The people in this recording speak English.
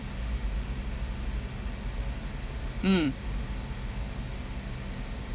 mm